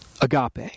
Agape